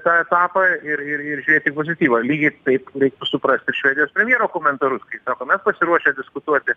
tą etapą ir ir ir žiūrėti į pozityvą lygiai taip reiktų suprasti ir švedijos premjero komentarus kai sako mes pasiruošę diskutuoti